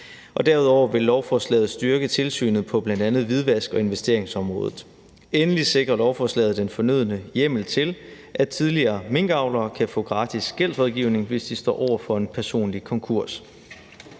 Derudover vil lovforslaget styrke tilsynet på bl.a. hvidvask- og investeringsområdet. Endelig sikrer lovforslaget den fornødne hjemmel til, at tidligere minkavlere kan få gratis gældsrådgivning, hvis de står over for en personlig konkurs.